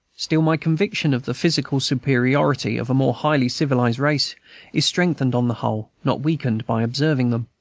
still my conviction of the physical superiority of more highly civilized races is strengthened on the whole, not weakened, by observing them.